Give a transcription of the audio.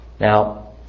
Now